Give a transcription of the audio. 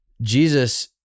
Jesus